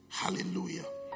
hallelujah